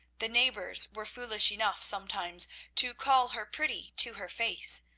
the neighbours were foolish enough sometimes to call her pretty to her face,